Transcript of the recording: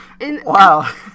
Wow